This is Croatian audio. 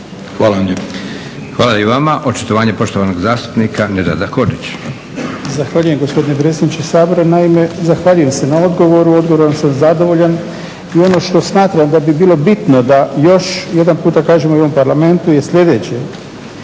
(SDP)** Hvala i vama. Očitovanje poštovanog zastupnika Nedžada Hodžić. **Hodžić, Nedžad (BDSH)** Zahvaljujem gospodine predsjedniče Sabora. Naime, zahvaljujem se na odgovoru. Odgovorom sam zadovoljan i ono što smatram da bi bilo bitno da još jedanputa kažemo u ovom Parlamentu je sljedeće,